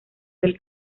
del